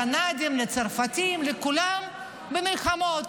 לקנדים, לצרפתים, לכולם במלחמות,